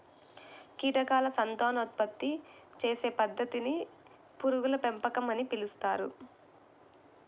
కీటకాల సంతానోత్పత్తి చేసే పద్ధతిని పురుగుల పెంపకం అని పిలుస్తారు